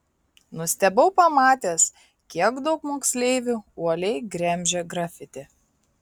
nustebau pamatęs kiek daug moksleivių uoliai gremžia grafiti